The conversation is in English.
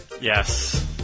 Yes